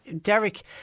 Derek